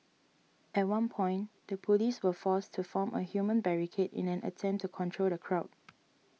at one point the police were forced to form a human barricade in an attempt to control the crowd